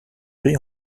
riz